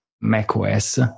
macos